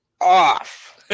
off